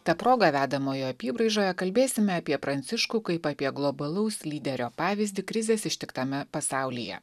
ta proga vedamojo apybraižoje kalbėsime apie pranciškų kaip apie globalaus lyderio pavyzdį krizės ištiktame pasaulyje